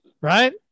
right